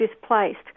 displaced